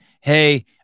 hey